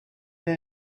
will